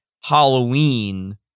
Halloween